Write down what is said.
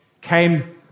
came